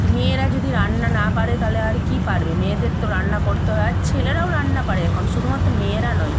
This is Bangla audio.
মেয়েরা যদি রান্না না পারে তাহলে আর কী পারবে মেয়েদের তো রান্না করতে হয় আর ছেলেরাও রান্না পারে এখন শুধুমাত্র মেয়েরা নয়